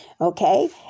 okay